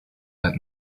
that